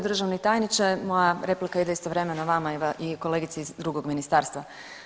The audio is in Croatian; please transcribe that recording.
Državni tajniče, moja replika ide istovremeno vama i kolegici iz drugog ministarstva.